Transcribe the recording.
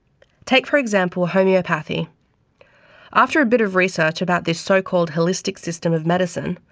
take for example homeopathy after a bit of research about this so-called holistic system of medicine,